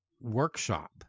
workshop